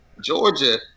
Georgia